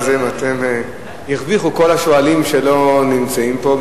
אבל במקרה הזה, הרוויחו כל השואלים שלא נמצאים פה.